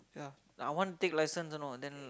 yeah I want take license you know then